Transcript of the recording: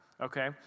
okay